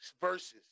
Versus